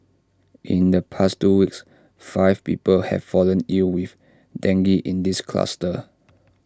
in the past two weeks five people have fallen ill with dengue in this cluster